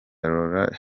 lauryn